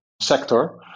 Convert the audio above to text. sector